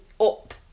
up